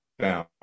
down